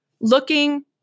looking